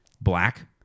black